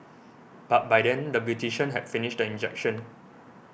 but by then the beautician had finished the injection